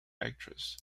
actress